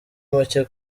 make